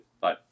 Bye